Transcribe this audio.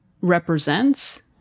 represents